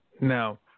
Now